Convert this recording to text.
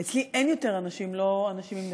אצלי אין יותר אנשים עם נכויות,